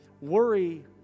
Worry